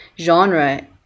genre